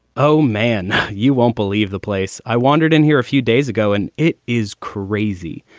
oh, man. you won't believe the place i wandered in here a few days ago. and it is crazy.